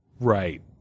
Right